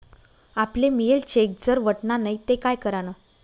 आपले मियेल चेक जर वटना नै ते काय करानं?